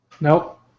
nope